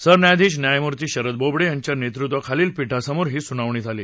सरन्यायाधीश न्यायमूर्ती शरद बोबडे यांच्या नेतृत्वाखालील पीठासमोर ही सुनावणी झाली